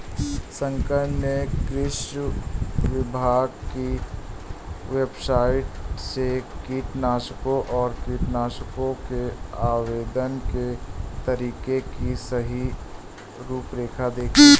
शंकर ने कृषि विभाग की वेबसाइट से कीटनाशकों और कीटनाशकों के आवेदन के तरीके की सही रूपरेखा देखी